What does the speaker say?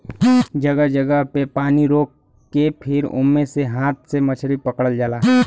जगह जगह पे पानी रोक के फिर ओमे से हाथ से मछरी पकड़ल जाला